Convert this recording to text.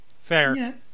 Fair